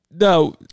No